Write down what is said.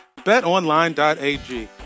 betonline.ag